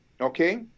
okay